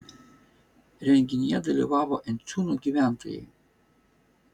renginyje dalyvavo enciūnų gyventojai